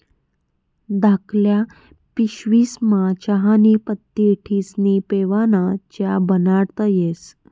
धाकल्ल्या पिशवीस्मा चहानी पत्ती ठिस्नी पेवाना च्या बनाडता येस